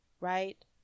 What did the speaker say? right